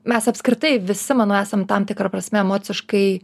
mes apskritai visi manau esam tam tikra prasme emociškai